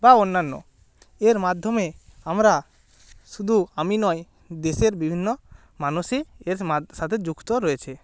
বা অন্যান্য এর মাধ্যমে আমরা শুধু আমি নয় দেশের বিভিন্ন মানুষই এর সাথে যুক্ত রয়েছে